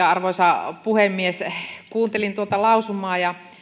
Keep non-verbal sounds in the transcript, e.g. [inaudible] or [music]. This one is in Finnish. [unintelligible] arvoisa puhemies kuuntelin tuota lausumaa ja